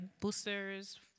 boosters